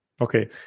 Okay